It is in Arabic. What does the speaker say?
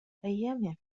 أيام